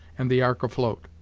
and the ark afloat.